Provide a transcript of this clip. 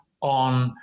on